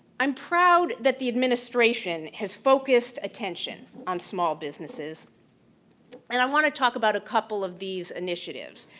i'm proud that the administration has focused attention on small businesses and i want to talk about a couple of these initiatives.